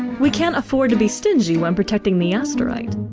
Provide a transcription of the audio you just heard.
we can't afford to be stingy when protecting the asterite.